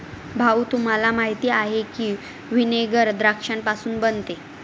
भाऊ, तुम्हाला माहीत आहे की व्हिनेगर द्राक्षापासून बनते